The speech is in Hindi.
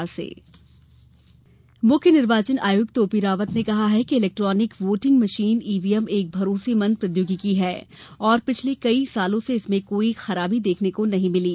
वीवीपीएटी मशीन मुख्य निर्वाचन आयुक्त ओपी रावत ने कहा है कि इलेक्ट्रॉनिक वोटिंग मशीन ईवीएम एक भरोसेमंद प्रौद्योगिकी है और पिछले कई वर्षों में इसमें कोई खराबी देखने को नहीं मिली